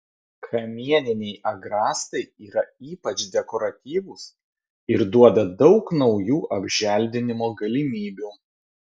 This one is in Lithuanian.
kamieniniai agrastai yra ypač dekoratyvūs ir duoda daug naujų apželdinimo galimybių